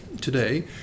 today